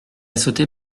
sauté